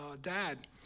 dad